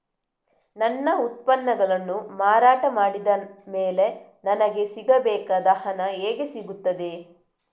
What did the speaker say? ನನ್ನ ಉತ್ಪನ್ನಗಳನ್ನು ಮಾರಾಟ ಮಾಡಿದ ಮೇಲೆ ನನಗೆ ಸಿಗಬೇಕಾದ ಹಣ ಹೇಗೆ ಸಿಗುತ್ತದೆ?